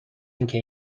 اینکه